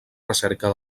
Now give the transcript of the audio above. recerca